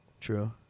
true